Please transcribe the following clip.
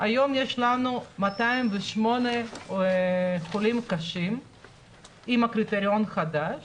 היום יש לנו 208 חולים קשים עם הקריטריון החדש